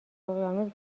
اقیانوس